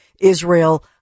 Israel